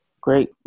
Great